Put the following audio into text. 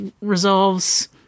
resolves